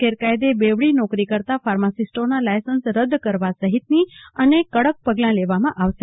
ગેરકાયદે બેવડી નોકરી કરતા ફાર્માસીસ્ટોના લાયસન્સ રદ કરવા સહિત અનેક કડક પગલા લેવામાં આવશે